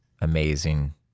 amazing